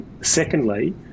Secondly